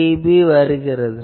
5dB வருகிறது